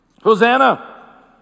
Hosanna